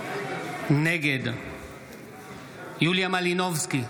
נגד יוליה מלינובסקי,